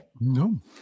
No